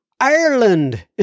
Ireland